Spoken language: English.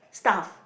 stuff